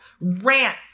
rant